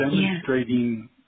demonstrating